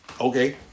okay